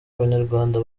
abanyarwanda